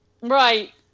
Right